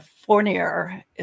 Fournier